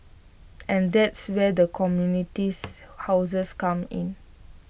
and that's where the commodities houses come in